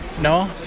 No